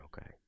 okay